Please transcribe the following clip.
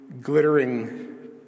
glittering